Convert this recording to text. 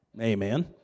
Amen